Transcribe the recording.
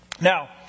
Now